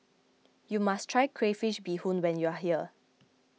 you must try Crayfish BeeHoon when you are here